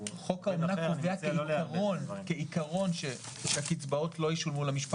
ולכן לא חשבנו שנדרש לתת תוספת מיוחדת